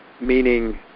meaning